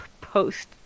post